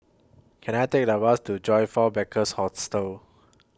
Can I Take A Bus to Joyfor Backpackers' Hostel